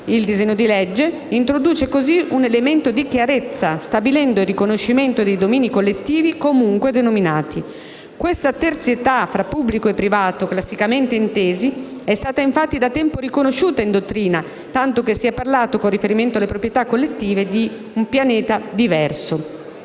al nostro esame introduce così un elemento di chiarezza, stabilendo il riconoscimento dei domini collettivi comunque denominati. Questa terzietà fra pubblico e privato classicamente intesi è stata infatti da tempo riconosciuta in dottrina, tanto che si è parlato con riferimento alle proprietà collettive di un «pianeta diverso».